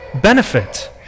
benefit